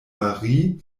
marie